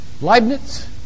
Leibniz